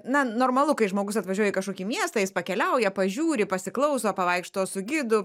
na normalu kai žmogus atvažiuoja į kažkokį miestą jis pakeliauja pažiūri pasiklauso pavaikšto su gidu